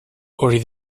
hori